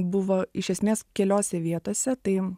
buvo iš esmės keliose vietose tai